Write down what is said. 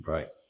Right